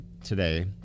today